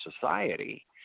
society